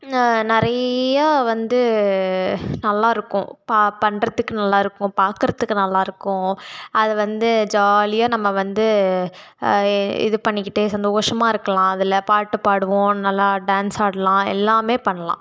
நிறையா வந்து நல்லாருக்கும் பா பண்ணுறத்துக்கு நல்லாருக்கும் பார்க்கறத்துக்கு நல்லாருக்கும் அது வந்து ஜாலியாக நம்ம வந்து இதுப் பண்ணிக்கிட்டு சந்தோஷமாக இருக்கலாம் அதில் பாட்டுப் பாடுவோம் நல்லா டான்ஸ் ஆடலாம் எல்லாமே பண்ணலாம்